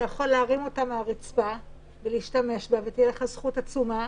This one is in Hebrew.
אתה יכול להרים אותה מהרצפה ולהשתמש בה ותהיה לך זכות עצומה,